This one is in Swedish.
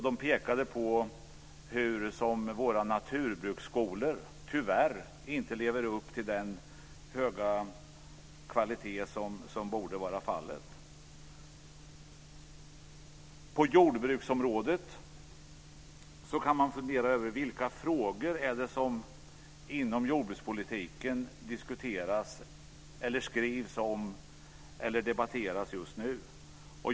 De pekade på hur våra naturbruksskolor tyvärr inte lever upp till den höga kvalitet som de borde göra. På jordbruksområdet kan man fundera på vilka frågor inom jordbrukspolitiken som det diskuteras, skrivs eller debatteras om just nu.